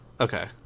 Okay